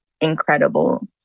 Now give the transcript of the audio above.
incredible